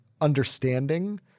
understanding